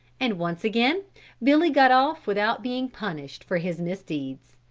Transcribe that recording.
and once again billy got off without being punished for his misdeeds.